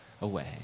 away